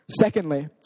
Secondly